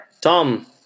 Tom